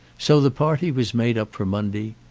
so the party was made up for monday.